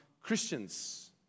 Christians